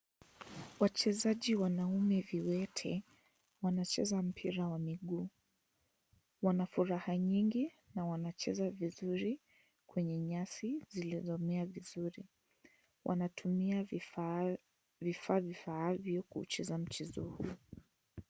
Wachezaji wanaume viwete, wanacheza mpira wa miguu. Wanafuraha nyingi na wanacheza vizuri kwenye nyasi zilizomea vizuri. Wanatumia vifaa, vifaa vifaavyo kuucheza mchezo huu.